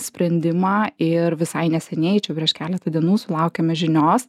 sprendimą ir visai neseniai čia prieš keletą dienų sulaukėme žinios